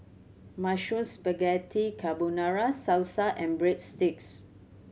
Mushroom Spaghetti Carbonara Salsa and Breadsticks